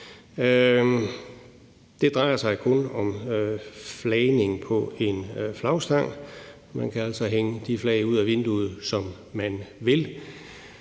Det drejer sig kun om flagning på en flagstang. Man kan altså hænge de flag ud ad vinduet, som man vil.